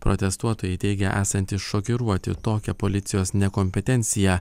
protestuotojai teigia esantys šokiruoti tokia policijos nekompetencija